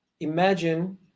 imagine